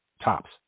Tops